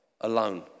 alone